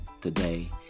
today